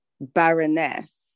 Baroness